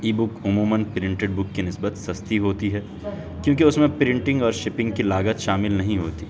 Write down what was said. ای book عموماً printed book کی نسبت سستی ہوتی ہے کیوںکہ اس میں پرنٹنگ اور شپنگ کی لاگت شامل نہیں ہوتی